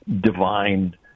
divine